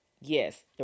Yes